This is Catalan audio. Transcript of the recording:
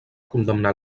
condemnar